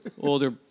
older